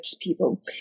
people